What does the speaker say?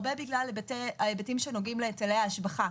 הרבה בגלל היבטים שנוגעים להיטלי ההשבחה.